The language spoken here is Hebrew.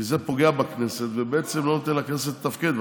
כי זה פוגע בכנסת ובעצם לא נותן לכנסת לתפקד,